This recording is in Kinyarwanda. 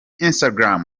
instagram